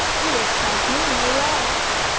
you excite me no less.